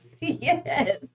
Yes